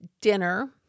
dinner